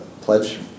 pledge